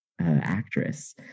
actress